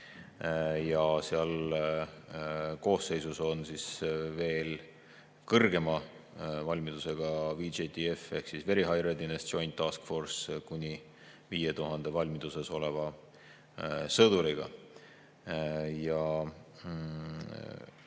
Seal koosseisus on veel kõrgema valmidusega VJTF ehk Very High Readiness Joint Task Force kuni 5000 valmiduses oleva sõduriga.